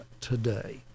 today